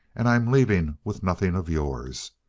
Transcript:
and i'm leaving with nothing of yours.